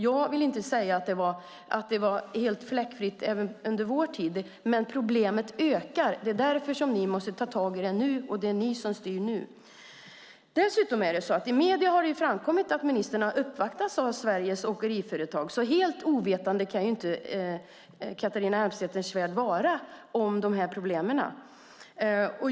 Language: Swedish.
Jag vill inte säga att det var helt fläckfritt under vår tid i regeringsställning, men problemet ökar. Det är därför ni måste ta tag i problemet nu. Det är ni som styr nu. I medierna har det framkommit att ministern har uppvaktats av Sveriges Åkeriföretag. Helt ovetande kan inte Catharina Elmsäter-Svärd vara om problemen.